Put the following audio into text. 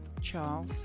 Charles